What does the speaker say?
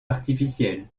artificiel